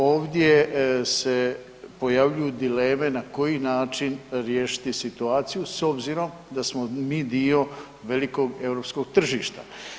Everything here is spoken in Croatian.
Ovdje se pojavljuju dileme na koji način riješiti situaciju s obzirom da smo mi dio velikog europskog tržišta.